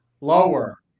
Lower